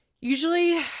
usually